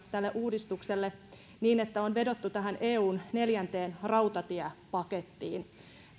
tälle uudistukselle perusteluja joissa on vedottu tähän eun neljänteen rautatiepakettiin